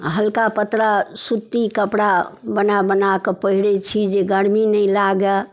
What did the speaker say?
हल्का पतला सूती कपड़ा बना बनाके पहिरै छी जे गरमी नहि लागए